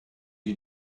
you